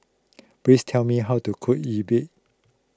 please tell me how to cook Yi Bua